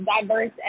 Diverse